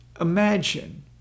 Imagine